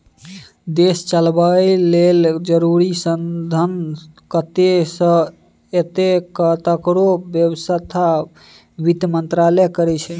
देश चलाबय लेल जरुरी साधंश कतय सँ एतय तकरो बेबस्था बित्त मंत्रालय करै छै